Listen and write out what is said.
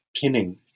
pinning